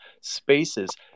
spaces